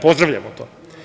Pozdravljamo to.